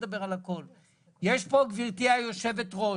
גברתי היושבת-ראש,